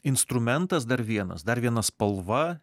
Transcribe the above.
instrumentas dar vienas dar viena spalva